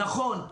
נכון,